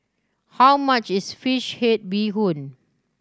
how much is fish head bee hoon